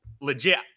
legit